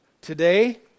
Today